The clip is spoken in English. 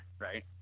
right